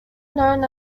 known